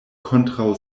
kontraŭ